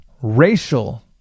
racial